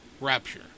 rapture